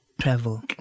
travel